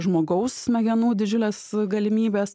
žmogaus smegenų didžiules galimybes